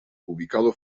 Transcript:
ubicado